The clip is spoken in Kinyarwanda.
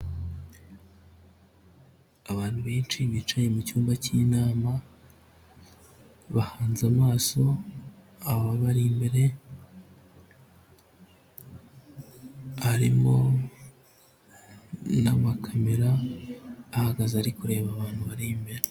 Abantu benshi bicaye mu cyumba cy'inama, bahanze amaso ababari imbere, harimo n'amakamera ahagaze ari kureba abantu bari imbere.